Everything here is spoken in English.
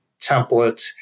template